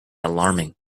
alarming